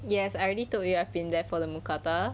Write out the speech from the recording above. yes I already told you I have been there for the mookata